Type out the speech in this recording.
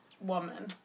woman